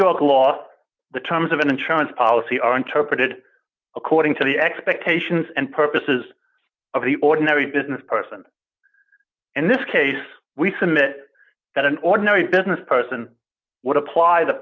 york law the terms of an insurance policy are interpreted according to the expectations and purposes of the ordinary business person and this case we submit that an ordinary business person would apply the